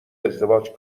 ازدواج